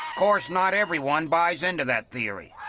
course, not everyone buys into that theory.